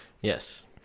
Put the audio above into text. Yes